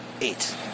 Eight